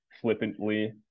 flippantly